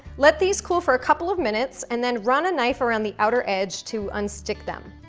let these cool for a couple of minutes, and then run a knife around the outer edge to unstick them.